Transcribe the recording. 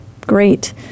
Great